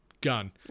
gun